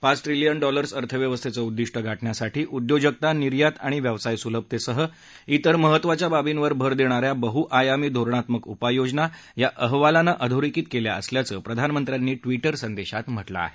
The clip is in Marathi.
पाच ट्रिलिअन डॉलर्स अर्थव्यवस्थेचं उद्दिष्ट गाठण्यासाठी उद्योजगता निर्यात आणि व्यवसाय सुलभतेसह इतर महत्वाच्या बाबींवर भर देणाऱ्या बहुआयामी धोरणात्मक उपाययोजना या अहवालानं अधोरेखीत केल्या असल्याचं प्रधानमंत्र्यांनी ट्विटर संदेशात म्हटलं आहे